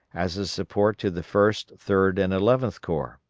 as a support to the first, third, and eleventh corps.